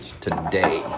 today